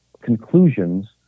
conclusions